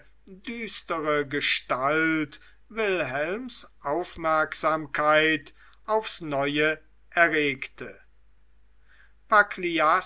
düstere gestalt wilhelms aufmerksamkeit aufs neue erregte